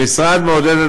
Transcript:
המשרד מעודד את